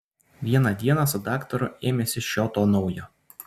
vieną dieną su daktaru ėmėsi šio to naujo